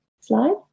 Slide